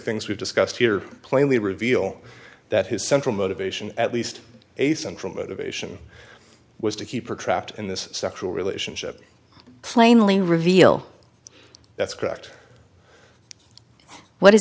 things we've discussed here plainly reveal that his central motivation at least a central motivation was to keep her trapped in this sexual relationship plainly reveal that's c